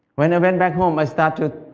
when i went back home, i started